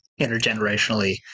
Intergenerationally